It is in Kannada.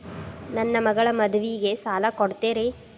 ನನ್ನ ಮಗಳ ಮದುವಿಗೆ ಸಾಲ ಕೊಡ್ತೇರಿ?